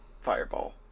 fireball